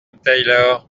taylor